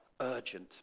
urgent